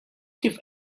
kif